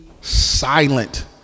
silent